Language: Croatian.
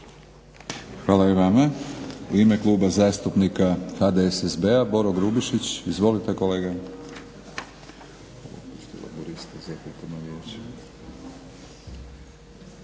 Hvala i vama. U ime Kluba zastupnika HDSSB-a Boro Grubišić. Izvolite kolega.